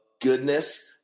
goodness